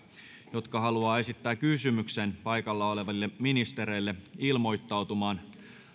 jotka haluavat esittää kysymyksen paikalla oleville ministereille ilmoittautumaan